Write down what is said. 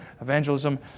evangelism